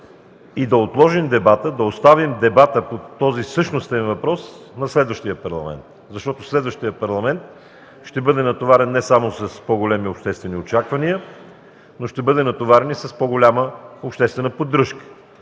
и да отложим дебата, да оставим дебата по този същностен въпрос на следващия парламент, защото следващият парламент ще бъде натоварен не само с по-големи обществени очаквания, но ще бъде натоварен и с по-голяма обществена поддръжка.